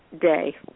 day